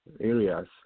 areas